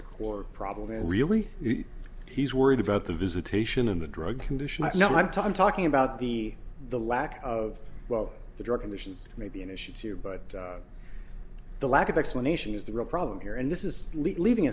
the core problem is really he's worried about the visitation and the drug condition i know my time talking about the the lack of well the drug conditions may be an issue too but the lack of explanation is the real problem here and this is leaving